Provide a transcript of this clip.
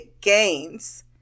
gains